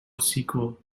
sequel